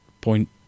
point